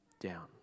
down